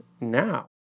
now